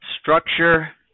Structure